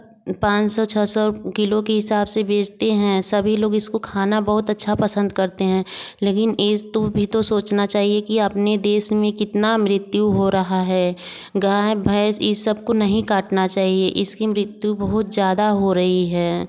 पाँच सौ छह सौ किलो के हिसाब के हिसाब से बेचते हैं सभी लोग इसको खाना बहुत अच्छा पसंद करते हैं लेकिन इसतो भी तो सोचना चाहिए कि अपने देश में कितना मृत्यु हो रहा है गाय भैंस यह सबको नहीं काटना चाहिए इसकी मृत्यु बहुत ज़्यादा हो रही है